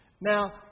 Now